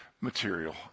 material